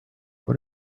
what